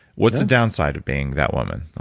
what's the downside of being that women?